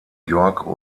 york